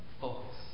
focus